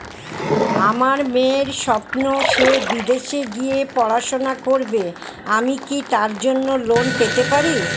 আমার মেয়ের স্বপ্ন সে বিদেশে গিয়ে পড়াশোনা করবে আমি কি তার জন্য লোন পেতে পারি?